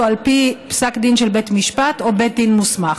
או על פי פסק דין של בית משפט או בית דין מוסמך".